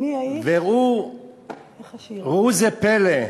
ראו זה פלא,